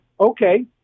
Okay